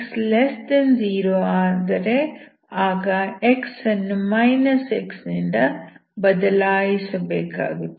x0 ಆದರೆ ಆಗ x ಅನ್ನು x ನಿಂದ ಬದಲಾಯಿಸಬೇಕಾಗುತ್ತದೆ